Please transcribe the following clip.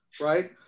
right